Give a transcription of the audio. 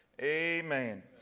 Amen